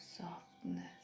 softness